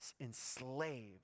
Enslaved